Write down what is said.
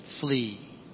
flee